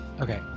Okay